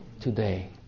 today